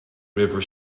river